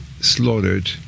slaughtered